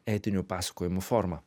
etinių pasakojimų forma